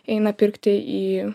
eina pirkti į